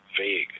vague